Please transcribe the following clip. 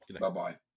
Bye-bye